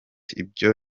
ibyo